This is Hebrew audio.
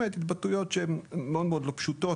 אלה באמת התבטאויות שהן מאוד מאוד לא פשוטות,